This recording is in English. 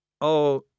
Oh